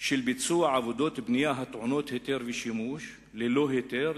של ביצוע עבודות בנייה הטעונות היתר ושימוש ללא היתר,